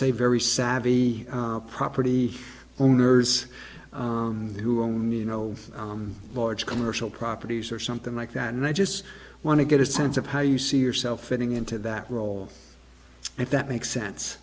say very savvy property owners who own you know large commercial properties or something like that and i just want to get a sense of how you see yourself fitting into that role if that makes sense